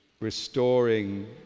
restoring